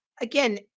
again